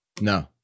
No